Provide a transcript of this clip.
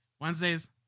Wednesdays